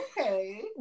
Okay